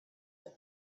that